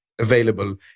Available